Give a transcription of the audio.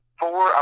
four